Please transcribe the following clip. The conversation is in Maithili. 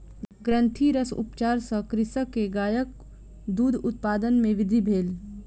ग्रंथिरस उपचार सॅ कृषक के गायक दूध उत्पादन मे वृद्धि भेल